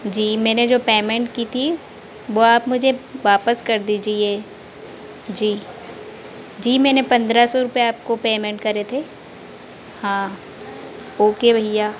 जी मैंने जो पेमेंट की थी वो आप मुझे वापस कर दीजिए जी मैंने पन्द्रह सौ रुपए आपको पेमेंट करे थे हाँ ओके भईया